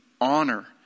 honor